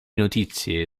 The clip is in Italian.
notizie